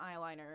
eyeliner